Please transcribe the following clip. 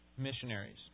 Missionaries